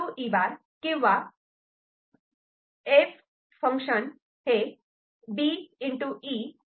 E' Or F B